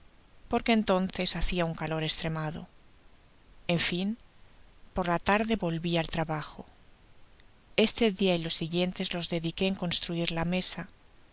porque entonces hacia un calor estremado en fio por la tarde volvia al trabajo estedia y los siguientes los dediqué en construir la mesa